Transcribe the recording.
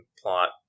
plot